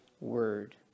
word